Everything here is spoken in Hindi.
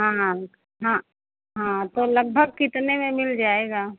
हाँ मैम हाँ हाँ तो लगभग कितने में मिल जाएगा